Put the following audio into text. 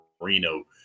Marino